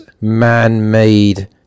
man-made